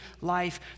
life